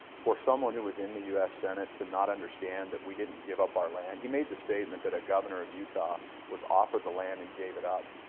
for someone who was in the us senate to not understand that we didn't give up our land. he made the statement that a governor of utah was offered the land and gave it up.